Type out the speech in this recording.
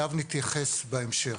אליו נתייחס בהמשך.